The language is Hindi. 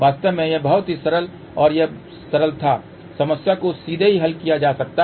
वास्तव में यह बहुत ही सरल और यह सरल था समस्या को सीधे भी हल किया जा सकता है